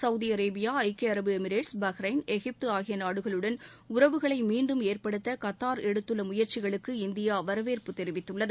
Saudi Arabia ஐக்கிய அரபு Emirates Bahrain எகிப்து ஆகிய நாடுகளுடன் உறவுகளை மீண்டும் ஏற்படுத்த கத்தார் எடுத்துள்ள முயற்சிகளுக்கு இந்தியா வரவேற்பு தெரிவித்துள்ளது